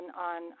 on